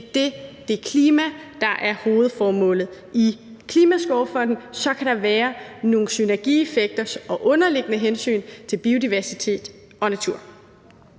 det er klima, der er hovedformålet i Klimaskovfonden. Så kan der være nogle synergieffekter og underliggende hensyn til biodiversitet og natur.